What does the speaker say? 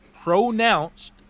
Pronounced